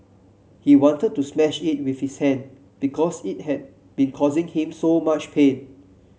he wanted to smash it with his hand because it had been causing him so much pain